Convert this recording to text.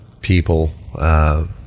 people